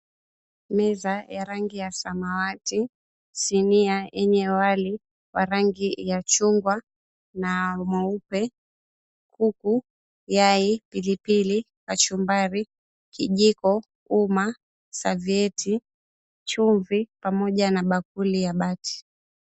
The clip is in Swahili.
Meza ya rangi ya samawati, sinia yenye wali wa rangi ya chungwa na mweupe, kuku yai pilipili, kachumbari, kijiko, umma, serviette , chumvi, pamoja na bakuli ya bati.